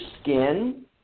skin